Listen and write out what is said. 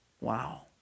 Wow